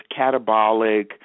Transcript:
catabolic